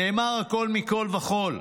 נאמר הכול בכול מכול כול.